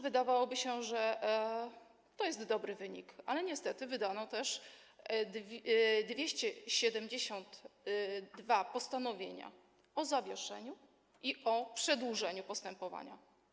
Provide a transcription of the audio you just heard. Wydawałoby się, że to jest dobry wynik, ale niestety wydano też 272 postanowienia o zawieszeniu i o przedłużeniu postępowania.